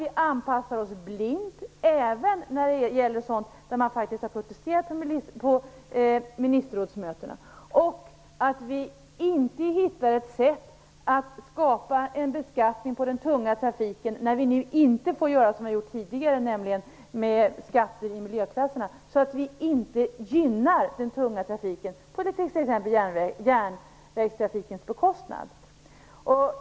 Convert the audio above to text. Vi anpassar oss blint, även när det gäller sådant som man faktiskt har protesterat mot på Ministerrådsmötena. Vi kan inte, när vi nu inte längre får göra som förut, nämligen ha skatter i miljöklasserna, hitta något sätt att skapa en beskattning på den tunga trafiken så att vi inte gynnar den på exempelvis järnvägstrafikens bekostnad.